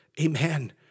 Amen